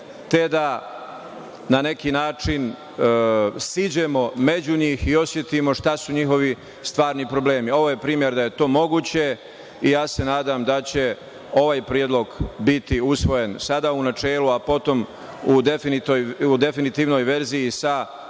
te da na neki način siđemo među njih i osetimo šta su njihovi stvarni problemi. Ovo je primer da je to moguće. Nadam se da će ovaj predlog biti usvojen, sada u načelu, a potom u definitivnoj verziji i shodno